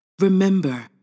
Remember